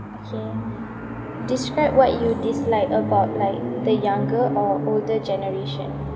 okay describe what you dislike about like the younger or older generation